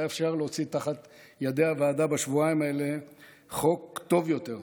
היה אפשר להוציא תחת ידי הוועדה בשבועיים האלה חוק טוב יותר,